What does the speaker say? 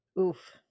Oof